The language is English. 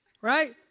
right